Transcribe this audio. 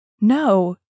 No